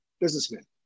businessman